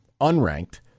unranked